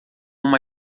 uma